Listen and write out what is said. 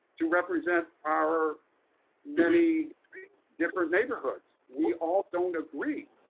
to represent are many different neighborhoods. we all don't agree.